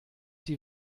die